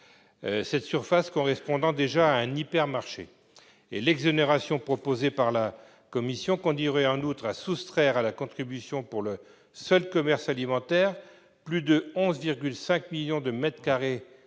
cette surface correspondant déjà à un hypermarché. En outre, l'exonération proposée par la commission conduirait à soustraire à la contribution, pour le seul commerce alimentaire, plus de 11,5 millions de mètres carrés